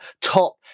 top